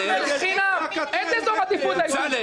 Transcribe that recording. איזה אזור עדיפות הישוב שלך?